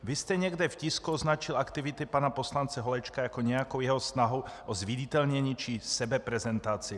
Vy jste někde v tisku označil aktivity pana poslance Holečka jako nějakou jeho snahu o zviditelnění či sebeprezentaci.